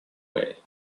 way